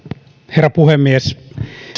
herra puhemies